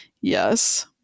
yes